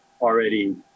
already